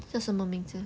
叫什么名字